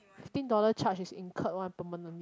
fifteen dollar charge is incurred one permanently